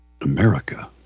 America